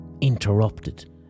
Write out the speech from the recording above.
interrupted